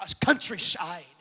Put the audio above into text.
countryside